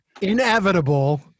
inevitable